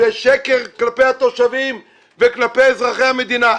זה שקר כלפי התושבים וכלפי אזרחי המדינה.